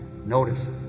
Notice